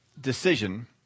decision